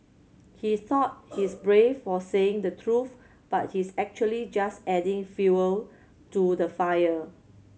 he thought he's brave for saying the truth but he's actually just adding fuel to the fire